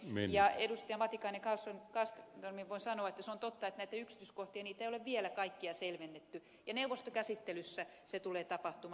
matikainen kallströmille voin sanoa että se on totta että näitä yksityiskohtia ei ole vielä kaikkia selvennetty ja neuvostokäsittelyssä se tulee tapahtumaan